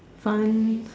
fun